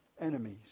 enemies